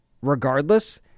regardless